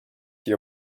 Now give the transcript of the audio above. the